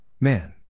Man